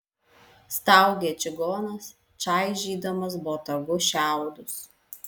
staugė čigonas čaižydamas botagu šiaudus